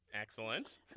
excellent